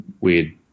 weird